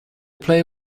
play